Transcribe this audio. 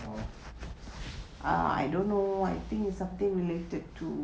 I don't know I think it's something related to